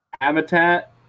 habitat